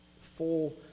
full